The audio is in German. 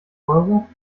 euro